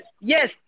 Yes